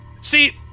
See